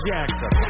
Jackson